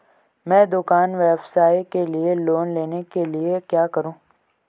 मैं दुकान व्यवसाय के लिए लोंन लेने के लिए क्या करूं?